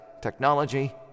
technology